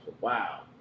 Wow